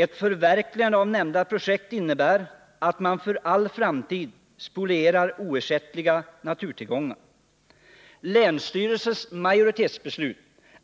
Ett förverkligande av projektet innebär att man för all framtid spolierar oersättliga naturtillgångar. Länsstyrelsens majoritetsbeslut